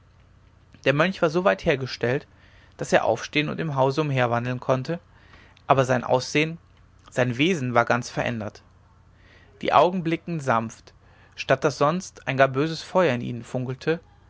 der mönch war so weit hergestellt daß er aufstehen und im hause umherwandeln konnte aber sein aussehen sein wesen war ganz verändert die augen blickten sanft statt daß sonst ein gar böses feuer in ihnen funkelte